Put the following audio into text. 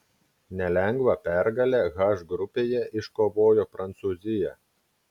nelengvą pergalę h grupėje iškovojo prancūzija